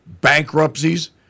bankruptcies